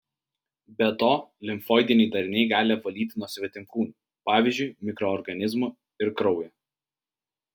be to limfoidiniai dariniai gali apvalyti nuo svetimkūnių pavyzdžiui mikroorganizmų ir kraują